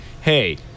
Hey